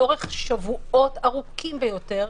לאורך שבועות ארוכים ביותר,